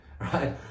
right